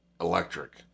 electric